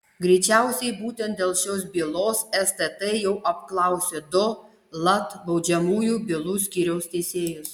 greičiausiai būtent dėl šios bylos stt jau apklausė du lat baudžiamųjų bylų skyriaus teisėjus